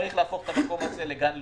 צריך להפוך את המקום הזה לגן לאומי.